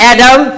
Adam